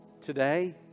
today